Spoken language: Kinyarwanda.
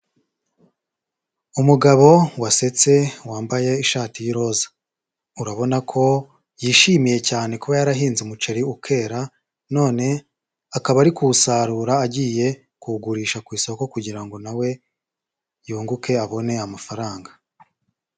Umugabo wasetse wambaye ishati y'iroza, urabona ko yishimiye cyane kuba yarahinze umuceri ukera, none akaba ari kuwusarura agiye kuwugurisha ku isoko kugira ngo nawe yunguke abone amafaranga.